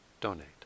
donate